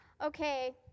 okay